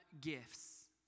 gifts